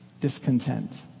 discontent